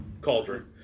cauldron